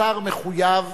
ששר מחויב